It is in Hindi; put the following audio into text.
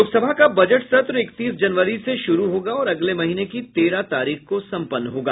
लोकसभा का बजट सत्र इकतीस जनवरी से शुरू होगा और अगले महीने की तेरह तारीख को संपन्न होगा